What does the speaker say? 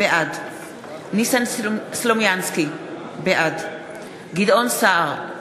בעד ניסן סלומינסקי, בעד גדעון סער,